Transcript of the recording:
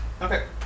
Okay